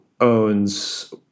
owns